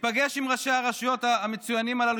שייפגש עם ראשי הרשויות המצוינים הללו,